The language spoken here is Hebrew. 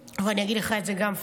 אבל אני אגיד לך את זה גם,